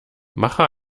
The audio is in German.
mache